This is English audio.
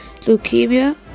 leukemia